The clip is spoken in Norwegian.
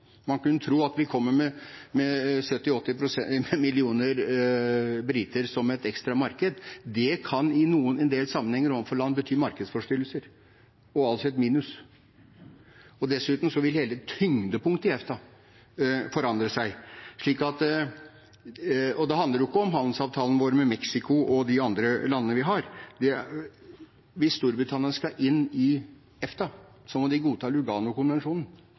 Man kunne tro at vi kommer til å få 70–80 millioner briter som et ekstra marked. Det kan i en del sammenhenger overfor land bety markedsforstyrrelser, og altså et minus. Dessuten vil hele tyngdepunktet i EFTA forandre seg. Det handler ikke om handelsavtalen vår med Mexico og de andre landene vi har avtaler med. Hvis Storbritannia skal inn i EFTA, må de godta Luganokonvensjonen.